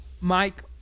Mike